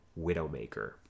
Widowmaker